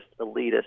elitist